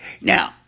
Now